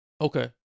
Okay